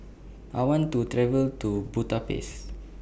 I want to travel to Budapest